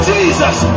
Jesus